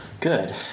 Good